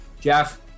Jeff